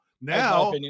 Now